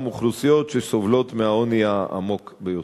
אוכלוסיות שסובלות מהעוני העמוק ביותר.